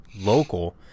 local